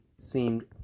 seemed